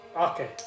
Okay